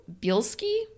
Bielski